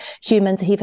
humans